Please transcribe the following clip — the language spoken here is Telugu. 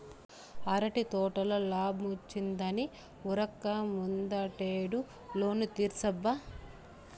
అరటి తోటల లాబ్మొచ్చిందని ఉరక్క ముందటేడు లోను తీర్సబ్బా